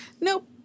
Nope